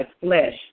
flesh